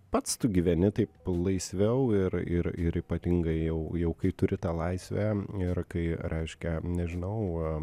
pats tu gyveni taip laisviau ir ir ir ypatingai jau jau kai turi tą laisvę ir kai reiškia nežinau